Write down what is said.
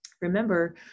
remember